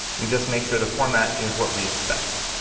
we just make sure the format is what we expect.